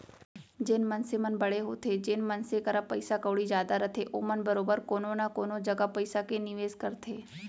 जेन मनसे मन बड़े होथे जेन मनसे करा पइसा कउड़ी जादा रथे ओमन बरोबर कोनो न कोनो जघा पइसा के निवेस करथे